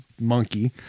monkey